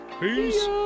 Peace